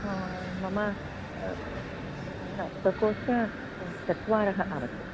मम न प्रकोष्ठाः चत्वारः आवश्यकाः